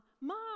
mom